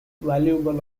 valuable